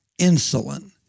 insulin